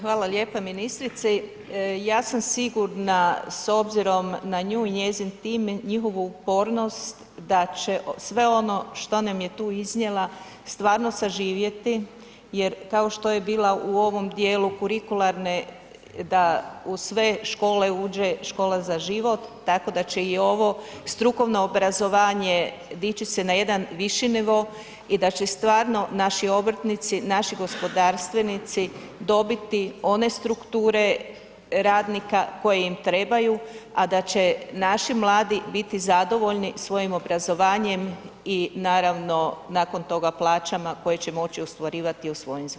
Hvala lijepa ministrici, ja sam sigurna s obzirom na nju i njezin tim, njihovu upornost da će sve ono što nam je tu iznijela stvarno saživjeti jer kao što je bila u ovom dijelu kurikularne da u sve škole uđe Škola za život, tako da će i ovo strukovno obrazovanje dići se na jedan viši nivo i da će stvarno naši obrtnici, naši gospodarstvenici dobiti one strukture radnika koje im trebaju a da će naši mladi biti zadovoljni svojim obrazovanjem i naravno, nakon toga plaćama koje će moći ostvarivati u svojim zvanjima, hvala.